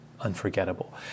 unforgettable